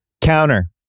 Counter